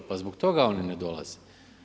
Pa zbog toga oni ne dolaze.